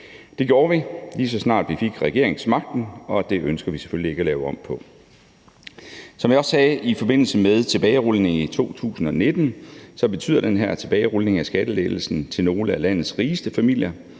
Det gjorde vi, lige så snart vi fik regeringsmagten, og det ønsker vi selvfølgelig ikke at lave om på. Som jeg også sagde i forbindelse med tilbagerulningen i 2019, betyder den her tilbagerulning af skattelettelsen til nogle af landets rigeste familier